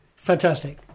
Fantastic